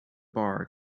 bar